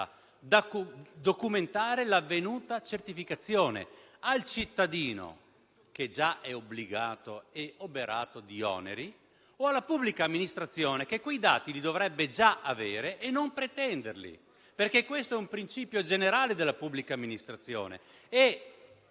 documentare l'avvenuta certificazione: al cittadino che è già obbligato e oberato di oneri o alla pubblicazione amministrazione che quei dati li dovrebbe già avere e non pretenderli? Questo è un principio generale della pubblica amministrazione.